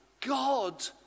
God